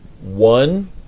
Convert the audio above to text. one